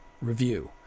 review